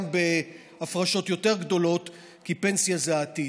גם בהפרשות יותר גדולות, כי פנסיה זה העתיד.